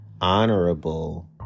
honorable